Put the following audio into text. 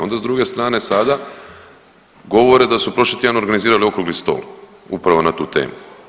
Onda s druge strane sada govore da su prošli tjedan organizirali okrugli stol upravo na tu temu.